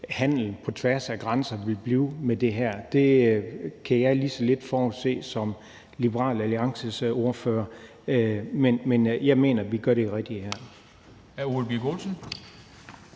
handelen på tværs af grænserne vil blive med det her. Det kan jeg lige så lidt forudse, som Liberal Alliances ordfører kan, men jeg mener, vi gør det rigtige her.